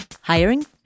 Hiring